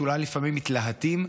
שאולי לפעמים מתלהטים,